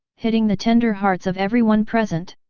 hitting the tender hearts of everyone present.